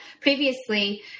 previously